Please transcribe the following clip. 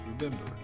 Remember